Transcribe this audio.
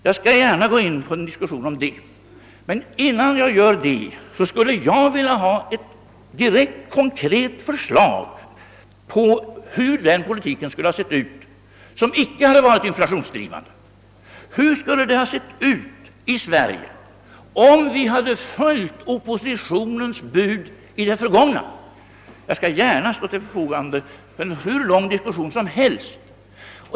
Jag skall gärna gå in på en diskussion om detta, men innan jag gör det skulle jag vilja få ett konkret förslag till hur en sådan politik skulle ha sett ut, som icke hade varit inflationsdrivande. Hur skulle det ha sett ut i Sverige, om vi hade följt oppositionens bud i det förgångna? Jag står gärna till förfogande för en hur lång diskussion som helst.